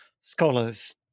scholars